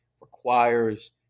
requires